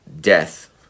death